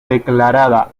declarada